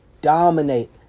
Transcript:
dominate